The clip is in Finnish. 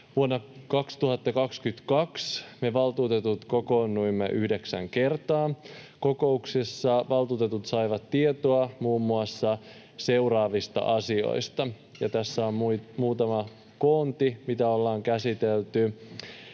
Vuonna 2022 me valtuutetut kokoonnuimme yhdeksän kertaa. Kokouksissa valtuutetut saivat tietoa muun muassa seuraavista asioista, ja tässä on muutama koonti, mitä ollaan käsitelty: